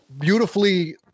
beautifully